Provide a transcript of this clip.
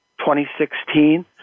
2016